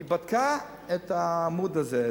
היא בדקה את העמוד הזה,